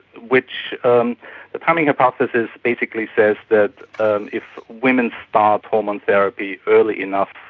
which um the timing hypothesis basically says that and if women start hormone therapy early enough,